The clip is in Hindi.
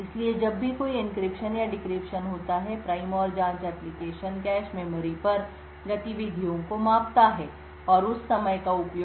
इसलिए जब भी कोई एन्क्रिप्शन या डिक्रिप्शन होता है प्राइम और जांच एप्लीकेशन कैश मेमोरी पर गतिविधियों को मापता है और उस समय का उपयोग गुप्त जानकारी को समझने के लिए करता है